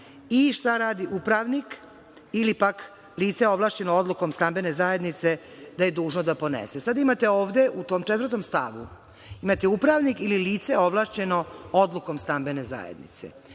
šta radi upravnik, ili pak lice ovlašćeno odlukom stambene zajednice da je dužno da ponese. Sada imate ovde, u tom stavu 4. imate upravnik ili lice ovlašćeno odlukom stambene zajednice,